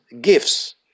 gifts